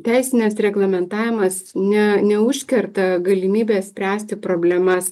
teisinis reglamentavimas ne neužkerta galimybės spręsti problemas